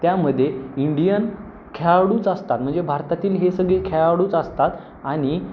त्यामध्ये इंडियन खेळाडूच असतात म्हणजे भारतातील हे सगळे खेळाडूच असतात आणि